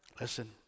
listen